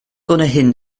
ohnehin